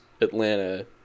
Atlanta